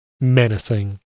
menacing